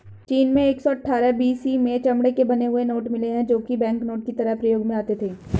चीन में एक सौ अठ्ठारह बी.सी में चमड़े के बने हुए नोट मिले है जो की बैंकनोट की तरह प्रयोग में आते थे